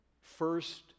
first